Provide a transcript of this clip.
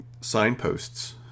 signposts